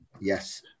Yes